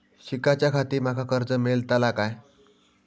शिकाच्याखाती माका कर्ज मेलतळा काय?